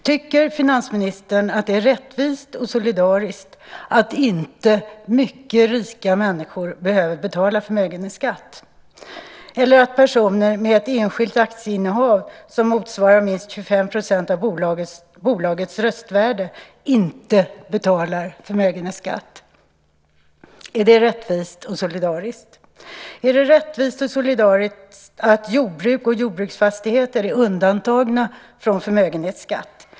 Tycker finansministern att det är rättvist och solidariskt att inte mycket rika människor behöver betala förmögenhetsskatt eller att personer med ett enskilt aktieinnehav som motsvarar minst 25 % av bolagets röstvärde inte betalar förmögenhetsskatt? Är det rättvist och solidariskt? Är det rättvist och solidariskt att jordbruk och jordbruksfastigheter är undantagna från förmögenhetsskatt?